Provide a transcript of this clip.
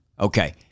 Okay